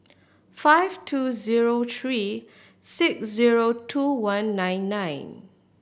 five two zero three six zero two one nine nine